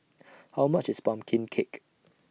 How much IS Pumpkin Cake